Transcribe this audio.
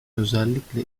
özellikle